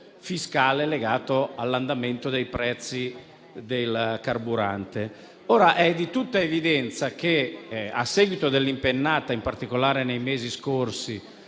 fiscale legato all'andamento dei prezzi del carburante. È di tutta evidenza che, a seguito dell'impennata, avvenuta in particolare nei mesi scorsi,